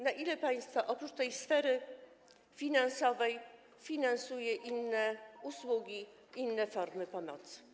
Na ile państwo, oprócz tej sfery finansowej, finansuje inne usługi, inne formy pomocy?